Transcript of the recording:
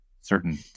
certain